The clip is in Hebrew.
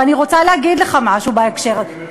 ואני רוצה להגיד לך משהו בהקשר הזה.